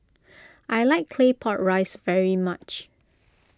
I like Claypot Rice very much